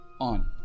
on